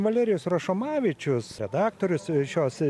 valerijus rašomavičius redaktorius šios